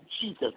Jesus